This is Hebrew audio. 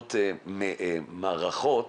לבנות מערכות